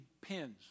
pins